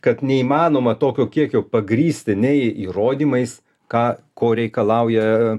kad neįmanoma tokio kiekio pagrįsti nei įrodymais ką ko reikalauja